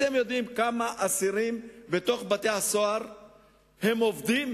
אתם יודעים כמה אסירים בבתי-הסוהר עובדים?